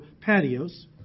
patios